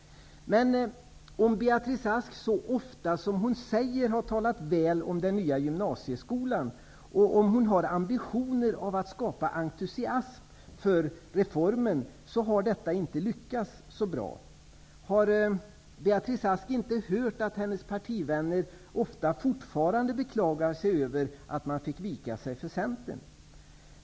Men om Beatrice Ask så ofta som hon säger har talat väl om den nya gymnasieskolan och om hon har haft ambitionen att skapa entusiasm för reformen, har detta inte lyckats så bra. Har Beatrice Ask inte hört att hennes partivänner fortfarande ofta beklagar sig över att man fick vika sig för Centern?